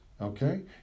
okay